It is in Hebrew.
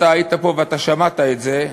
אתה היית פה ואתה שמעת את זה,